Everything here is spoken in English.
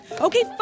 Okay